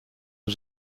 een